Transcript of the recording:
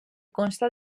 consta